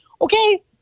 okay